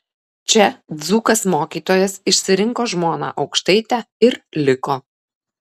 čia dzūkas mokytojas išsirinko žmoną aukštaitę ir liko